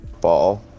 ball